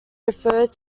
referred